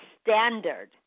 standard